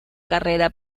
carrera